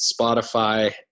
Spotify